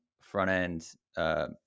front-end